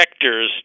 vectors